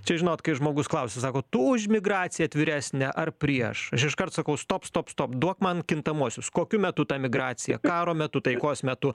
čia žinot kai žmogus klausia sako tu už migraciją atviresnę ar prieš aš iškart sakau stop stop stop duok man kintamuosius kokiu metu ta migracija karo metu taikos metu